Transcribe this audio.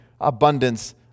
abundance